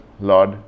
Lord